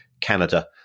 Canada